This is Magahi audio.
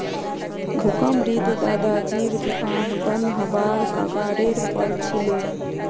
भुखमरीत दादाजीर दुकान बंद हबार कगारेर पर छिले